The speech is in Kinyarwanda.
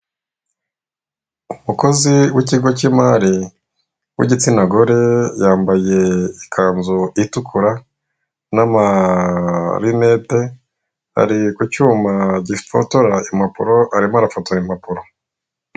Umukozi w'ikigo cy'imari w'igitsina gore yambaye ikanzu itukura n'amarinete, ari ku cyuma gifora impapuro, arimo arafotora impapuro.